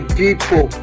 people